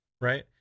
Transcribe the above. right